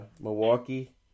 Milwaukee